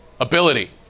ability